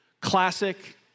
classic